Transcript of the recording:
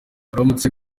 uramutse